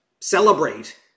celebrate